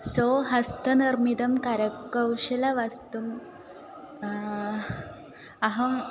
सो हस्तनिर्मितं करकौशलवस्तुम् अहम्